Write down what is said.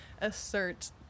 assert